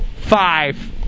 five